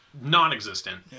non-existent